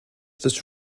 this